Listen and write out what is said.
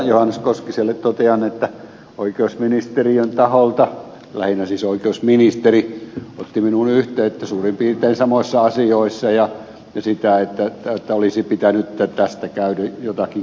johannes koskiselle totean että oikeusministeriön taholta lähinnä siis oikeusministeri otti minuun yhteyttä suurin piirtein samoissa asioissa siitä että tästä olisi pitänyt käydä jotain keskustelua